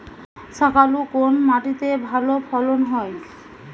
শাকালু কোন মাটিতে ভালো ফলন হয়?